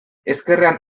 ezkerrean